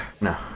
No